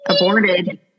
aborted